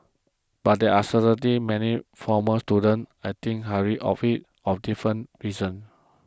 but there are certainly many former students I think highly of of different reasons